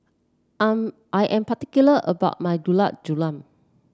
am I am particular about my Gulab Jamun